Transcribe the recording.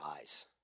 eyes